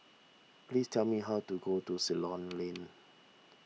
please tell me how to go to Ceylon Lane